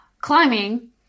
climbing